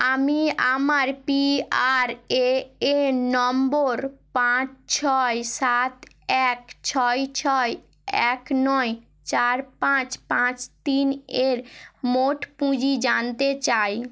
আমি আমার P R A N নম্বর পাঁচ ছয় সাত এক ছয় ছয় এক নয় চার পাঁচ পাঁচ তিন এর মোট পুঁজি জানতে চাই